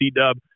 dub